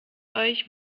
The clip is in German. euch